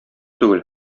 түгел